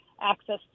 access